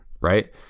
right